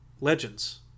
Legends